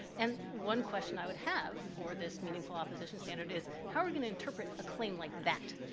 and one question i would have for this meaningful opposition standard is, how are we going to interpret a claim like that?